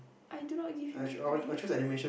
I do not give you grief